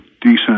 decent